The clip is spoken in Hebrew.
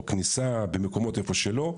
או כניסה במקומות איפה שלא,